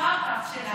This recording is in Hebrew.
ואחר כך של העם.